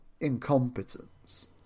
incompetence